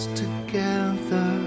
together